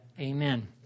Amen